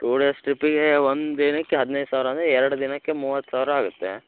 to days ಟ್ರಿಪ್ಪಿಗೆ ಒಂದು ದಿನಕ್ಕೆ ಹದಿನೈದು ಸಾವಿರ ಅಂದರೆ ಎರಡು ದಿನಕ್ಕೆ ಮೂವತ್ತು ಸಾವಿರ ಆಗುತ್ತೆ